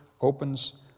opens